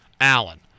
Allen